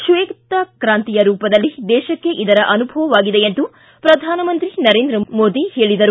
ಕ್ವೇತ ಕಾಂತಿಯ ರೂಪದಲ್ಲಿ ದೇಶಕ್ಕೆ ಇದರ ಅನುಭವವಾಗಿದೆ ಎಂದು ಪ್ರಧಾನಮಂತ್ರಿ ನರೇಂದ್ರ ಮೋದಿ ಹೇಳಿದರು